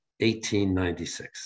1896